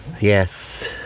Yes